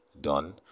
done